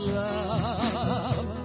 love